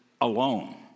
alone